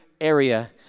area